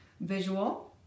visual